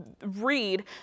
read